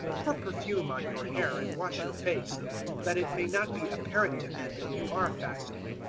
pour perfume on your hair and wash your face that it may not be apparent to men that you are fasting,